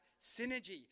synergy